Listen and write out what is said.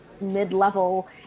mid-level